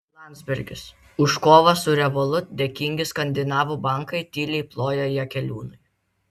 landsbergis už kovą su revolut dėkingi skandinavų bankai tyliai ploja jakeliūnui